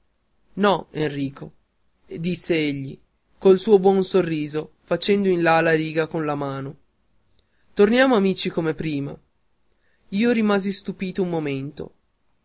no enrico disse egli col suo buon sorriso facendo in là la riga con la mano torniamo amici come prima io rimasi stupito un momento